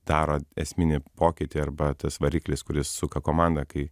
daro esminį pokytį arba tas variklis kuris suka komandą kai